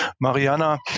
Mariana